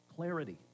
clarity